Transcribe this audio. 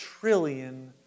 trillion